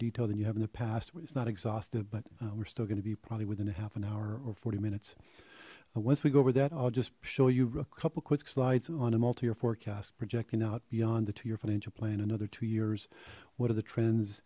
detail than you have in the past but it's not exhaustive but we're still going to be probably within a half an hour or forty minutes once we go over that i'll just show you a couple quick slides on a multi or forecast projecting out beyond the two your financial plan another two years what are the trends